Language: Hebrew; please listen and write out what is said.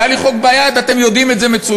היה לי חוק ביד, אתם יודעים את זה מצוין.